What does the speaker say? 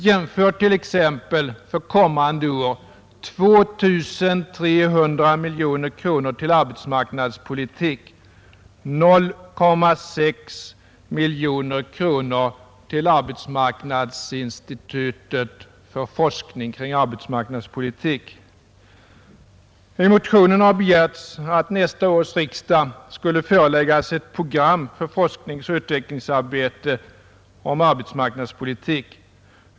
Jämför t.ex. för kommande år 2 300 miljoner kronor till arbetsmarknadspolitik och 0,6 miljoner kronor till arbetsmarknadsinstitutet för forskning kring arbetsmarknadspolitik! I motionen har begärts att nästa års riksdag skulle föreläggas ett program för forskningsoch utvecklingsarbete om arbetsmarknadspolitik.